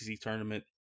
tournament